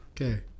Okay